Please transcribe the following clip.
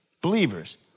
Believers